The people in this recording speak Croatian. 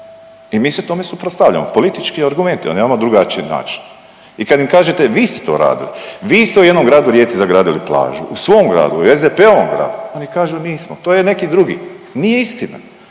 i mi se tome suprotstavljamo, politički argument, nemamo drugačiji način i kad im kažete vi ste to radili, vi ste u jednom gradu Rijeci zagradili plažu, u svom gradu, u SDP-ovom gradu, oni kažu nismo, to je neki drugi, nije istina,